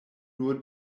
nur